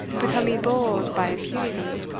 becoming bold by impunity,